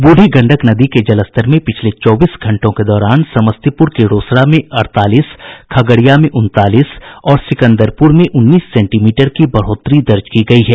बूढ़ी गंडक नदी के जलस्तर में पिछले चौबीस घंटों के दौरान समस्तीपुर के रोसड़ा में अड़तालीस खगड़िया में उनतालीस और सिकंदरपुर में उन्नीस सेंटीमीटर की बढ़ोतरी दर्ज की गयी है